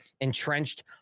entrenched